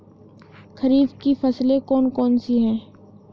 खरीफ की फसलें कौन कौन सी हैं?